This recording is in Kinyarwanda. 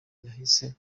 yahise